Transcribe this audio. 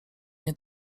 nie